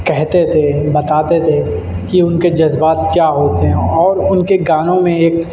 کہتے تھے بتاتے تھے کہ ان کے جذبات کیا ہوتے ہیں اور ان کے گانوں میں ایک